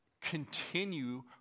continue